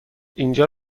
اینجا